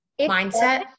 mindset